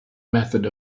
method